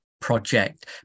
project